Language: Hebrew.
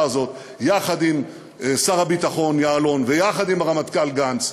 הזאת יחד עם שר הביטחון יעלון ויחד עם הרמטכ"ל גנץ,